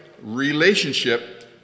relationship